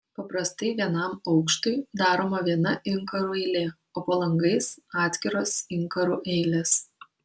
paprastai vienam aukštui daroma viena inkarų eilė o po langais atskiros inkarų eilės